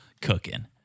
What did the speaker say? cooking